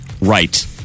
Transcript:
right